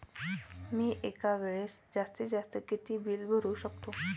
मी एका वेळेस जास्तीत जास्त किती बिल भरू शकतो?